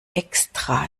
extra